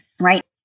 right